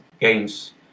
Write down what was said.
games